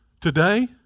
Today